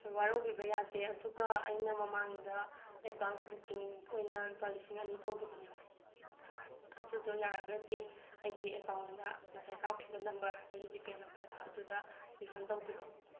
ꯍꯣꯏ ꯋꯥꯔꯧꯕꯤꯕ ꯌꯥꯗꯦ ꯑꯗꯨꯒ ꯑꯩꯅ ꯃꯃꯥꯡꯗ ꯑꯦꯠꯕꯥꯟꯁ ꯕꯨꯀꯤꯡ ꯑꯣꯏꯅ ꯂꯨꯄꯥ ꯂꯤꯁꯤꯡ ꯑꯅꯤ ꯇꯧꯈꯤꯕꯅꯦꯕ ꯍꯣꯏ ꯑꯗꯨꯗꯣ ꯌꯥꯔꯒꯗꯤ ꯑꯩꯒꯤ ꯑꯦꯀꯥꯎꯟꯗ ꯉꯁꯥꯏ ꯀꯥꯞꯈꯤꯕ ꯅꯝꯕꯔ ꯑꯩꯒꯤ ꯖꯤꯄꯦ ꯅꯝꯕꯔꯗꯣ ꯑꯗꯨꯗ ꯔꯤꯐꯟ ꯇꯧꯕꯤꯔꯛꯑꯣ